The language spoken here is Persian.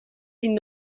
این